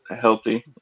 healthy